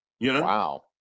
Wow